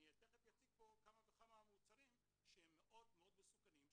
אני תיכף אציג פה כמה וכמה מוצרים שהם מאוד מאוד מסוכנים,